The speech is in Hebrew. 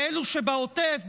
לאלו שבעוטף,